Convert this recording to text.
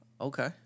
Okay